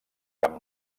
cap